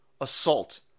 assault